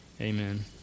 Amen